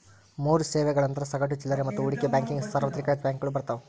ಮೂರ್ ಸೇವೆಗಳಂದ್ರ ಸಗಟು ಚಿಲ್ಲರೆ ಮತ್ತ ಹೂಡಿಕೆ ಬ್ಯಾಂಕಿಂಗ್ ಸಾರ್ವತ್ರಿಕ ಬ್ಯಾಂಕಗಳು ಬರ್ತಾವ